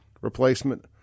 replacement